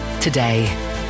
today